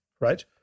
right